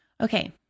Okay